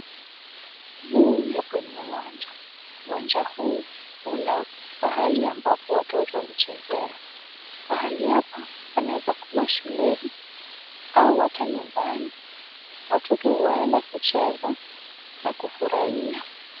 Huu ni kwenye uwanja. Uwanja huu una pahali ambapo watoto huchezea. Pahali hapa panaweza kuwa shuleni au hata nyumbani. Watoto huenda kucheza na kufurahia.